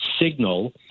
signal